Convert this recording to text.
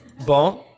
bon